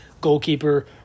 goalkeeper